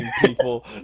people